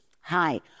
Hi